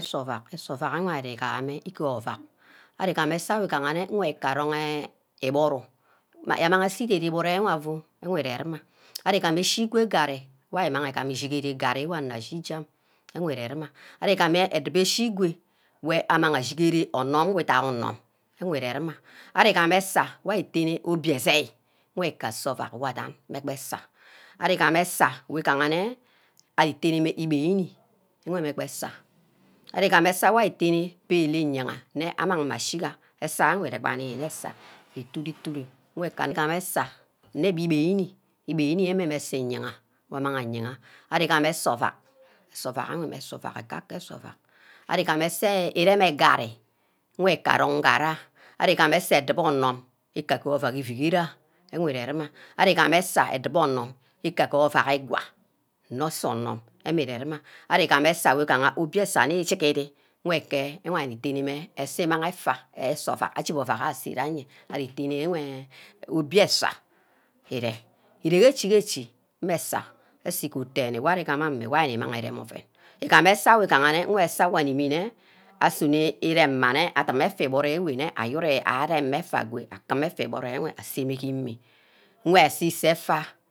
Nsoh ovack nse ovack enwe igear ovack arigammeh aseme igahane nge arong enh iburu amang ase ideri iburu enwe afu enwe deruma ari gama eshigwe garri wor arigameh imang igameh ishige garri wor wor ashi jam ami urumeh enwe. Arigama edubor echi gwe wey amang ashigere onorm wideha onorm ke ngwe arima, arigam asah wor ari tene obia eseh nweh ka sur-oruack wor adan mmeh beh eseh arigameh eseh wugaha nne itenema ipeni nwa mmeh gba eseh arigamah eseh wor ari tene paul iyangha nne amang mmeh ashiga, aseh nweh ere-gba nnio, nne eseh itude Aude wor ngear gamah eseh nne bibeni ibemi ameh mmeh iyagha wor amang ayeha ari-gamah eseh ovack esor ovack emoe ase ovack kake ase ovack ari gamah eseh ireme garri nweh kaba arong ngarri ayor ari gama esah edubu oronorm ika ke ovack evihere ayourher ewireh-ruma, ari gameh esa ika ke ovack igwa nne sor onorm emreh-ruma aro gameh ubio eseh nni gigeri nweke imang mmeh itenne-mmeh esah imang efa, eseh ovack ojubor ovack asay nna yen ari tene enweh obia eseh ire, ire geeh echi-echi mmeh eseh eseh igob denne wor ari gamah amin mmeh wor ari imang irem oven, igam eseh wor igah-nne mmeh eseh wor animi-nne asunor irem mma nne edim effa iburu wineh ari-arema effa agor akim effa iburu enweh gi imi nwa ase iseh effa